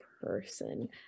person